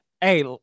hey